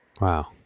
Wow